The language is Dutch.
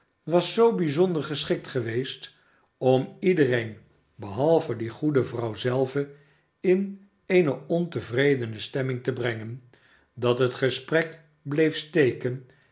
was zoo bijzonder geschikt geweest om iedereen behalve die goede vrouw zelve in eene ontevredene stemming te brengen dat het gesprek bleef steken